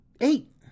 eight